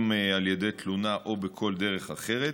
אם על ידי תלונה ואם בכל דרך אחרת,